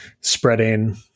spreading